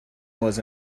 was